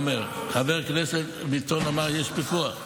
חבר הכנסת ביטון אמר: יש פיקוח.